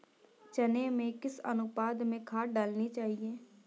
चने में किस अनुपात में खाद डालनी चाहिए?